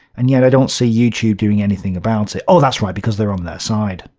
and yeah i don't see youtube doing anything about it oh that's right, because they're on their side.